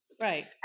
Right